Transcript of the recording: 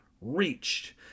Reached